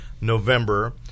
November